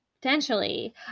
potentially